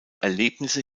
erlebnisse